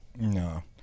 No